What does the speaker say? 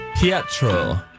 Pietro